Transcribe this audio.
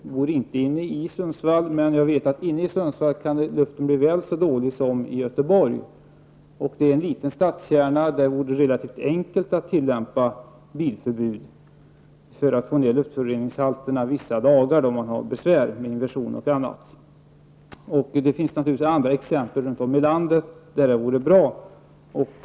Jag bor inte inne i Sundsvall, men jag vet att luften där kan bli väl så dålig som i Göteborg. Det är en liten stadskärna, och det vore relativt enkelt att tillämpa bilförbud för att få ned luftföroreningshalterna vissa dagar när man har besvär med inversion och annat. Det finns naturligtvis exempel på andra ställen runt om i landet där det vore bra med ett förbud.